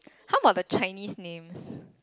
how about the Chinese names